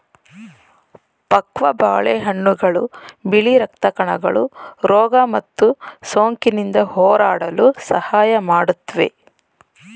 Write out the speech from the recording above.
ಪಕ್ವ ಬಾಳೆಹಣ್ಣುಗಳು ಬಿಳಿ ರಕ್ತ ಕಣಗಳು ರೋಗ ಮತ್ತು ಸೋಂಕಿನಿಂದ ಹೋರಾಡಲು ಸಹಾಯ ಮಾಡುತ್ವೆ